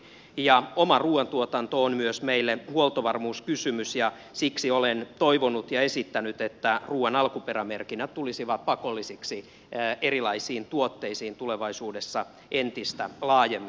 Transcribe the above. ja oma ruuantuotanto on meille myös huoltovarmuuskysymys ja siksi olen toivonut ja esittänyt että ruuan alkuperämerkinnät tulisivat pakollisiksi erilaisiin tuotteisiin tulevaisuudessa entistä laajemmin